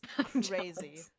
crazy